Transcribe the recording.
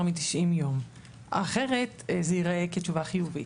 מ-90 ימים אחרת זה ייראה כתשובה חיובית.